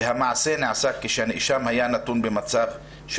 והמעשה נעשה כשהנאשם היה נתון במצב של